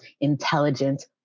intelligent